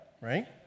right